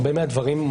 הרבה מהדברים,